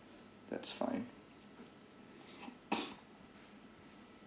that's fine